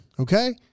Okay